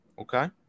Okay